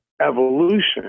evolution